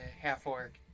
half-orc